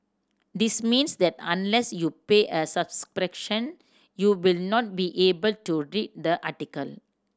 this means that unless you pay a subscription you will not be able to read the article